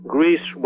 Greece